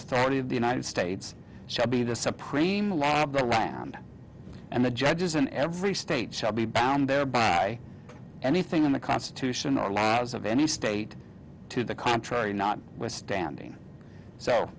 authority of the united states shall be the supreme law of the land and the judges in every state shall be bound thereby anything in the constitution or allows of any state to the contrary not withstanding so